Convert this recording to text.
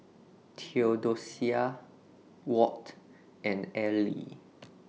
Theodocia Watt and Elie